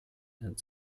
and